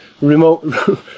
remote